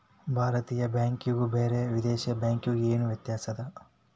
ಭಾರತೇಯ ಬ್ಯಾಂಕಿಗು ಬ್ಯಾರೆ ವಿದೇಶಿ ಬ್ಯಾಂಕಿಗು ಏನ ವ್ಯತ್ಯಾಸದ?